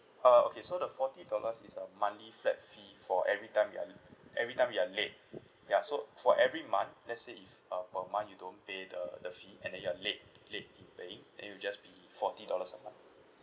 uh okay so the forty dollars is a monthly flat fee for every time you're la~ every time you are late ya so for every month let's say if uh per month you don't pay the the fee and then you are late late in paying then it'll just be forty dollars a month